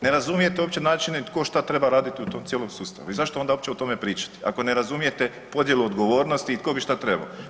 Ne razumijete uopće načine tko šta treba raditi u tom cijelom sustavu i zašto uopće onda o tome pričati ako ne razumijete podjelu odgovornosti i tko bi šta trebao.